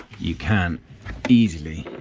you can easily.